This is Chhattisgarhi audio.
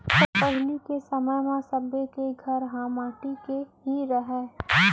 पहिली के समय म सब्बे के घर ह माटी के ही रहय